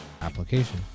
application